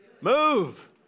move